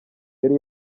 yari